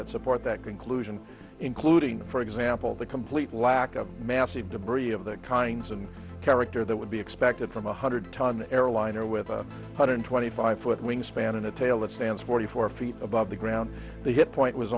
that support that conclusion including for example the complete lack of massive debris of the kinds of character that would be expected from a hundred ton airliner with a hundred twenty five foot wingspan in a tail that stands forty four feet above the ground the hit point was